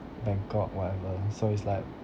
bangkok whatever so it's like